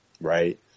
right